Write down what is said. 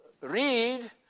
read